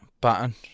button